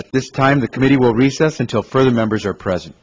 at this time the committee will recess until further members are present